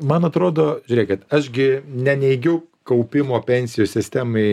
man atrodo žiūrėkit aš gi neneigiau kaupimo pensijų sistemai